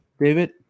David